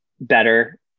better